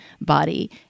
body